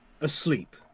asleep